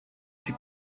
sie